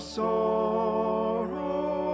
sorrow